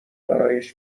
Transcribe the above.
برایش